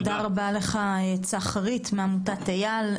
תודה רבה לך, צח חריט, מעמותת איל.